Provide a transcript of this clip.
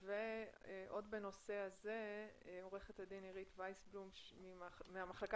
עוד בנושא הזה עורכת הדין אירית וייסבלום מהמחלקה